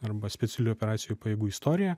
arba specialiųjų operacijų pajėgų istorija